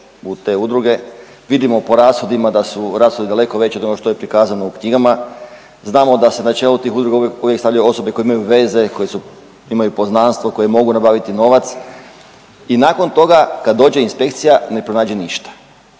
u te udruge, vidimo po rashodima da su rashodi daleko veći od onog što je prikazano u knjigama, znamo da se na čelu tih udruga uvijek stavljaju osobe koje imaju veze, koje imaju poznanstva, koje mogu nabaviti novac i nakon toga kad dođe inspekcija ne pronađe ništa